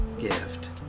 gift